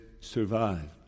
survived